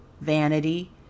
vanity